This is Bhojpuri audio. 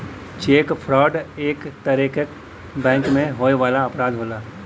चेक फ्रॉड एक तरे क बैंक में होए वाला अपराध होला